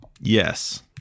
Yes